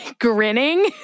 grinning